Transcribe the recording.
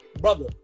brother